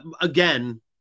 again